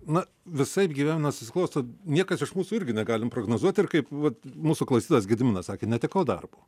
na visaip gyvena susiklosto niekas iš mūsų irgi negalime prognozuoti ir kaip vat mūsų klaidas gediminas sakė netekau darbo